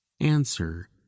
Answer